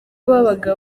babaga